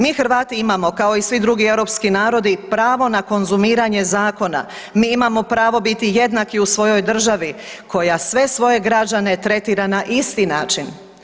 Mi Hrvati imamo kao i svi drugi europski narodi pravo na konzumiranje zakona, mi imamo pravo biti jednaki u svojoj državi koja sve svoje građane tretira na isti način.